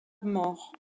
morts